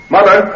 Mother